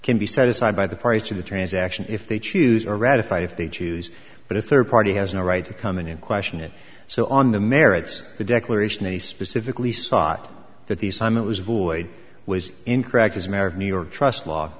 can be set aside by the parties to the transaction if they choose or ratified if they choose but a third party has no right to come in and question it so on the merits of the declaration he specifically sought that the summit was void was incorrect as a matter of new york trust law